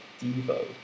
Devo